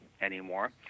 anymore